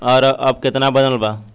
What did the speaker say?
और अब कितना बनल बा?